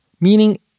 Meaning